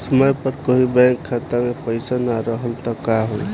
समय पर कभी बैंक खाता मे पईसा ना रहल त का होई?